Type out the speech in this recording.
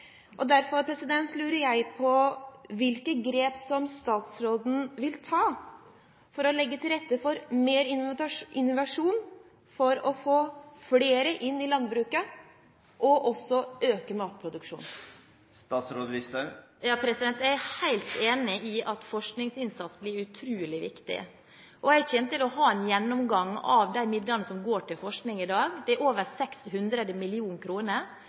Derfor lurer jeg på hvilke grep statsråden vil ta for å legge til rette for mer innovasjon, for å få flere inn i landbruket og også øke matproduksjonen. Ja, jeg er helt enig i at forskningsinnsats blir utrolig viktig, og jeg kommer til å ha en gjennomgang av de midlene som går til forskning i landbruket i dag – det er over